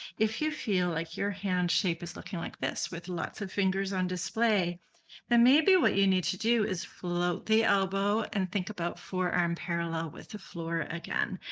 if you feel like your hand shape is looking like this, with lots of fingers on display then maybe what you need to do is float the elbow and think about forearm parallel with the floor again.